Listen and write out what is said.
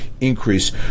increase